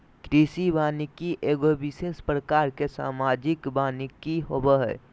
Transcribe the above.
कृषि वानिकी एगो विशेष प्रकार के सामाजिक वानिकी होबो हइ